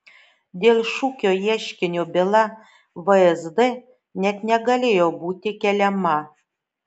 dėl šukio ieškinio byla vsd net negalėjo būti keliama